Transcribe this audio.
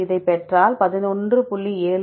எனவே இதைப் பெற்றால் 11